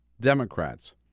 Democrats